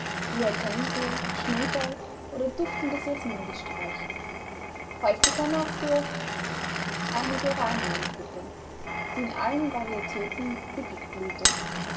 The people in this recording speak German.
hortensie schneeball oder duftendes jasmingesträuch häufiger noch durch eine geraniumgruppe die in allen varietäten üppig